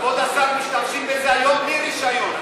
כבוד השר, משתמשים בזה היום בלי רישיון.